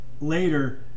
later